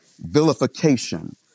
vilification